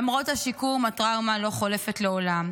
למרות השיקום, הטראומה לא חולפת לעולם.